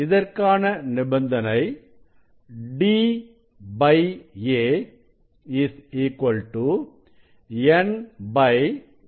இதற்கான நிபந்தனை d a n m ஆகும்